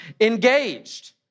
engaged